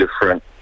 different